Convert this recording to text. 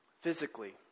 Physically